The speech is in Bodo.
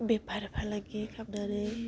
बेफार फालांगि खामनानै